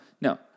no